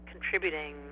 contributing